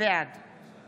בעד